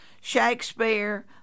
Shakespeare